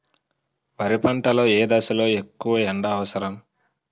వరి పంట లో ఏ దశ లొ ఎక్కువ ఎండా అవసరం?